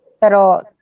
Pero